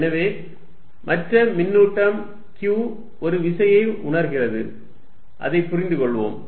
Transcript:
எனவே மற்ற மின்னூட்டம் q ஒரு விசையை உணர்கிறது அதை புரிந்து கொள்வோம்